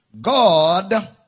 God